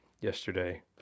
yesterday